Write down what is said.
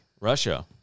Russia